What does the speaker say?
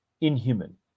inhuman